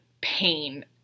pain